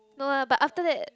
no lah but after that